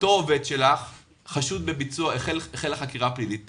אותו עובד שלך החלה חקירה פלילית נגדו,